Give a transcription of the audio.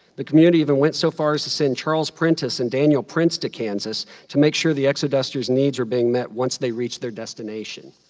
the community each and went so far as to send charles prentice and daniel prince to kansas to make sure the exodusters' needs were being met once they reached their destination.